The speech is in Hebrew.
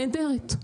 נהדרת.